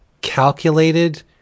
calculated